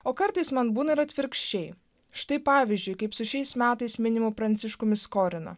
o kartais man būna ir atvirkščiai štai pavyzdžiui kaip su šiais metais minimų pranciškumi skorina